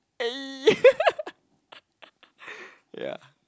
eh